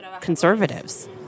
conservatives